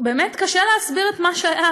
באמת קשה להסביר את מה שהיה,